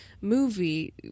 movie